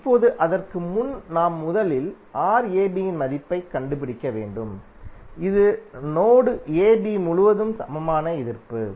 இப்போது அதற்கு முன் நாம் முதலில் Rabன் மதிப்பை க் கண்டுபிடிக்க வேண்டும் இது நோடு யம் AB முழுவதும் சமமான எதிர்ப்பு